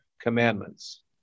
commandments